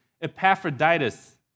Epaphroditus